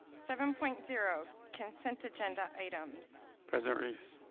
seven point zero consent agenda items president reese